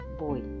boy